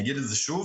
אני אגיד את זה שוב,